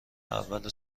اول